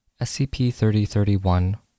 SCP-3031